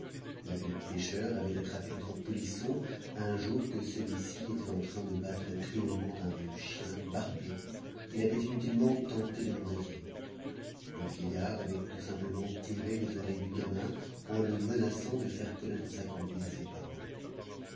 le vieux pêcheur avait attrapé notre polisson un jour que celui-ci était e train de battre cruellement un vieux chien barbet qu'il avait inutilement tenté de noyer le vieillard avait tout simplement tiré les oreilles du gamin en le menaçant d faire connaître sa conduite à ses parents